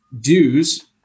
dues